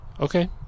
Okay